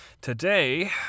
today